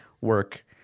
work